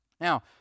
Now